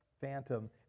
phantom